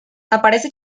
aparece